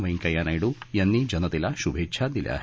व्यंकय्या नायडू यांनी जनतेला शुभेच्छा दिल्या आहेत